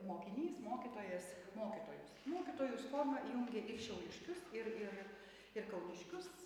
mokinys mokytojas mokytojus mokytojus jungia ir šiauliškius ir ir ir kauniškius